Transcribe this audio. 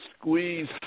squeeze